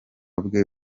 bwe